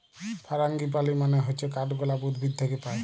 ফারাঙ্গিপালি মানে হচ্যে কাঠগলাপ উদ্ভিদ থাক্যে পায়